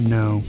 no